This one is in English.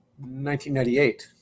1998